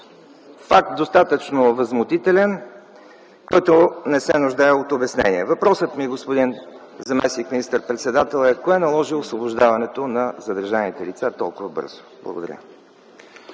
Факт достатъчно възмутителен, който не се нуждае от обяснение. Въпросът ми, господин заместник министър-председател, е: кое наложи освобождаването на задържаните лица толкова бързо? Благодаря